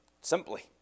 Simply